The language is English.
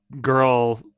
girl